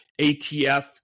ATF